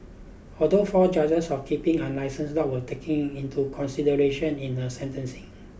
other four charges of keeping unlicensed dogs were taken into consideration in her sentencing